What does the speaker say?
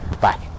Bye